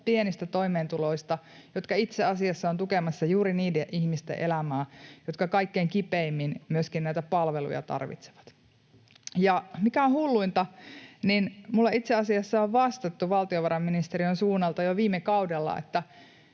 pienistä toimeentuloista, jotka itse asiassa ovat tukemassa juuri niiden ihmisten elämää, jotka kaikkein kipeimmin myöskin näitä palveluja tarvitsevat. Ja mikä on hulluinta, minulle itse asiassa on vastattu valtiovarainministeriön suunnalta jo viime kaudella,